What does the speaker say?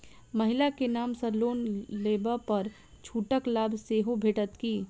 महिला केँ नाम सँ लोन लेबऽ पर छुटक लाभ सेहो भेटत की?